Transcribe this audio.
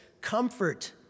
comfort